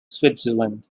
switzerland